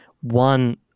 one